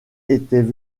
étaient